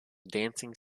dancing